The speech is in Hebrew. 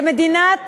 כמדינת